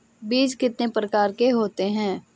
बीज कितने प्रकार के होते हैं?